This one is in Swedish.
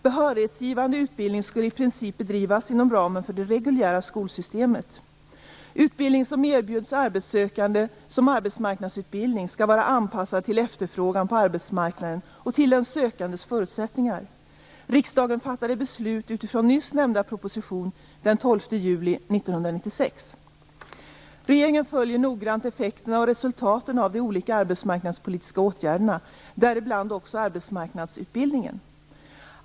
Behörighetsgivande utbildning skall i princip bedrivas inom ramen för det reguljära skolsystemet. Utbildning som erbjuds arbetssökande som arbetsmarknadsutbildning skall vara anpassad till efterfrågan på arbetsmarknaden och till den sökandes förutsättningar. Riksdagen fattade beslut utifrån nyss nämnda proposition den 12 juli 1996. Regeringen följer noggrant effekterna och resultaten av de olika arbetsmarknadspolitiska åtgärderna, däribland också arbetsmarknadsutbildningen.